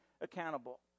accountable